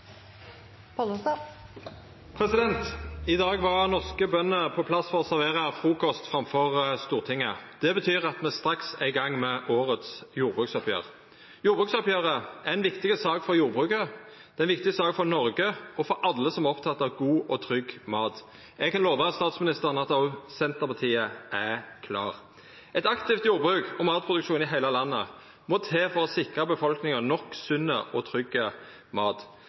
hovedspørsmål. I dag var norske bønder på plass for å servera frukost framfor Stortinget. Det betyr at me straks er i gang med årets jordbruksoppgjer. Jordbruksoppgjeret er ei viktig sak for jordbruket, det er ei viktig sak for Noreg og for alle som er opptekne av god og trygg mat. Eg kan lova statsministeren at òg Senterpartiet er klar. Eit aktivt jordbruk og matproduksjon i heile landet må til for å sikra befolkninga nok sunn og trygg mat.